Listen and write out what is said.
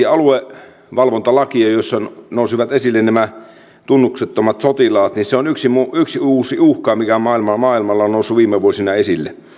aluevalvontalakia jossa nousivat esille nämä tunnuksettomat sotilaat ja se on yksi uusi uhka mikä maailmalla maailmalla on noussut viime vuosina esille